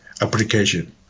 application